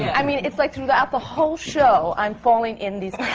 i mean, it's like throughout the whole show, i'm falling in these